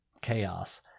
chaos